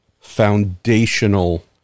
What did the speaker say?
foundational